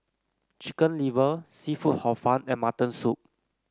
Chicken Liver seafood Hor Fun and Mutton Soup